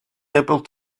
able